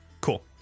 Cool